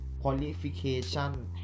qualification